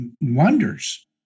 Wonders